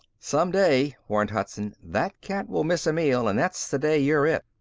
some day, warned hudson, that cat will miss a meal and that's the day you're it.